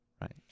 right